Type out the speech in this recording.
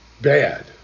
bad